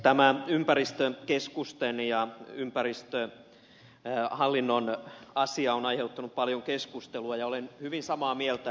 tämä ympäristökeskusten ja ympäristöhallinnon asia on aiheuttanut paljon keskustelua ja olen hyvin samaa mieltä ed